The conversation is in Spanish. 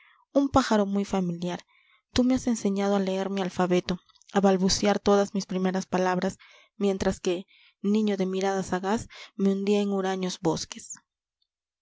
un pájaro muy familiar tú me has enseñado a leer mi alfabeto a balbucear todas mis primeras palabras mientras que niño de mirada sagaz me hundía en huraños bosques